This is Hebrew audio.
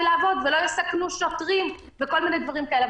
לעבוד ולא יסכנו שוטרים וכל מיני דברים כאלה.